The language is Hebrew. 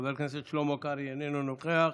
חבר הכנסת שלמה קרעי, איננו נוכח,